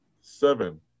Seven